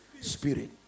spirit